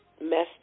messed